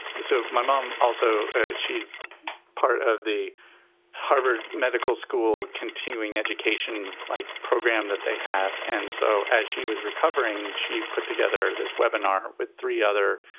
so my mom also she's part of the harvard medical school continuing education like program that they have. and so as she was recovering, she put together this webinar with three other